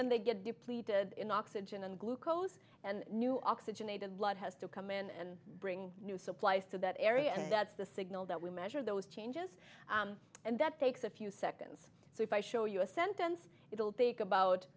then they get depleted in oxygen and glucose and new oxygenated blood has to come in and bring new supplies to that area and that's the signal that we measure those changes and that takes a few seconds so if i show you a sentence it'll take about